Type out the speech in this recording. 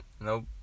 Nope